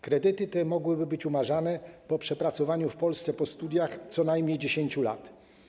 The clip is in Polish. Kredyty te mogłyby być umarzane po przepracowaniu w Polsce po studiach co najmniej 10 lat.